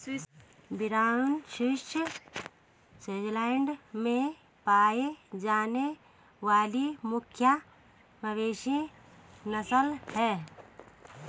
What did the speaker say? brown swiss Switzerland में पाई जाने वाली मुख्य मवेशी नस्ल है